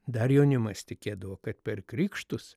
dar jaunimas tikėdavo kad per krikštus